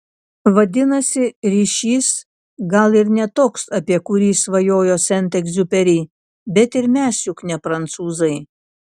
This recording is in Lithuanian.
vadinasi ryšys gal ir ne toks apie kurį svajojo sent egziuperi bet ir mes juk ne prancūzai